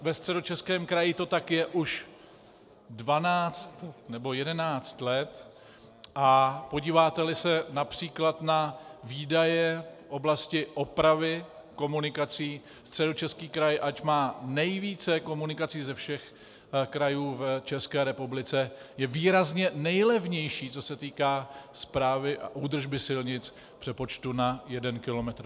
Ve Středočeském kraji to tak je už dvanáct nebo jedenáct let, a podíváteli se např. na výdaje v oblasti opravy komunikací, Středočeský kraj, ač má nejvíce komunikací ze všech krajů v České republice, je výrazně nejlevnější, co se týká správy a údržby silnic v přepočtu na jeden kilometr.